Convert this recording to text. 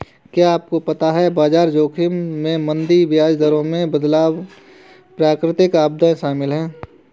क्या आपको पता है बाजार जोखिम में मंदी, ब्याज दरों में बदलाव, प्राकृतिक आपदाएं शामिल हैं?